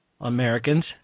Americans